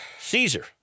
Caesar